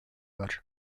var